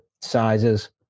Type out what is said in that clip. sizes